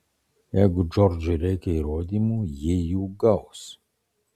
jeigu džordžui reikia įrodymų ji jų gaus